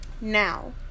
Now